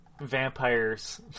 vampires